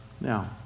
Now